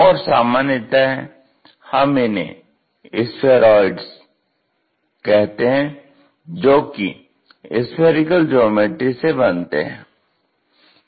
और सामान्यतः हम इन्हें स्फेरॉइड्स कहते हैं जो कि स्फेरिकल ज्योमेट्री से बनते हैं